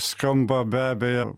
skamba be abejo